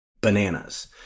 bananas